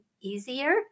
easier